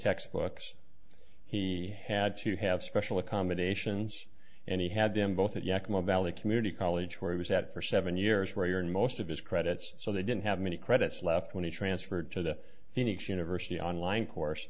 textbooks he had to have special accommodations and he had them both at yakima valley community college where he was at for seven years where year and most of his credits so they didn't have many credits left when he transferred to the phoenix university online course